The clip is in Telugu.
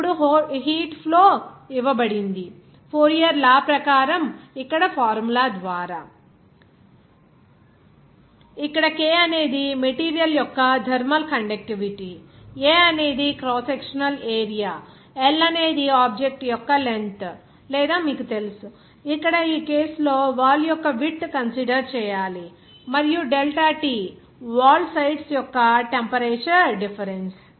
ఇప్పుడు హీట్ ఫ్లో ఇవ్వబడింది ఫోరియర్ లా ప్రకారం ఇక్కడ ఫార్ములా ద్వారా అంటే O˙ KATL ఇక్కడ K అనేది మెటీరియల్ యొక్క థర్మల్ కండక్టివిటీ A అనేది క్రాస్ సెక్షనల్ ఏరియా L అనేది ఆబ్జెక్ట్ యొక్క లెంగ్త్ లేదా మీకు తెలుసు ఇక్కడ ఈ కేసు లో వాల్ యొక్క విడ్త్ కన్సిడర్ చేయాలి మరియు డెల్టా T వాల్ సైడ్స్ యొక్క టెంపరేచర్ డిఫరెన్స్